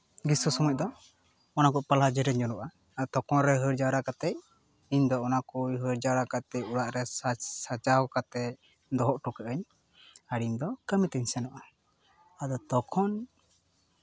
ᱜᱤᱥᱥᱚ ᱥᱚᱢᱚᱭ ᱫᱚ ᱚᱱᱟ ᱠᱚ ᱯᱟᱦᱞᱟ ᱡᱷᱟᱲᱮ ᱧᱩᱨᱦᱟᱹᱜᱼᱟ ᱟᱨ ᱛᱚᱠᱷᱚᱱᱨᱮ ᱦᱟᱹᱨ ᱡᱟᱣᱨᱟ ᱠᱟᱛᱮ ᱤᱧ ᱫᱚ ᱚᱱᱟ ᱠᱚ ᱦᱟᱹᱨ ᱡᱟᱣᱨᱟ ᱠᱟᱛᱮ ᱚᱲᱟᱜ ᱨᱮ ᱥᱟᱡᱽ ᱥᱟᱡᱟᱣ ᱠᱟᱛᱮ ᱫᱚᱦᱚ ᱦᱚᱴᱚ ᱠᱟᱜ ᱟᱹᱧ ᱟᱨ ᱤᱧ ᱫᱚ ᱠᱟᱹᱢᱤ ᱛᱮᱧ ᱥᱮᱱᱚᱜᱼᱟ ᱟᱫᱚ ᱛᱚᱠᱷᱚᱱ